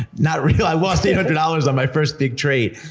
not really, i lost eight hundred dollars on my first big trade.